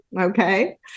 okay